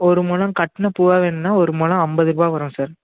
ஒரு முழம் கட்டுன பூவா வேணுன்னா ஒரு முழம் ஐம்பது ரூபா வரும் சார்